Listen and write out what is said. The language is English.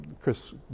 Chris